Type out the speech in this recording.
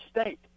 State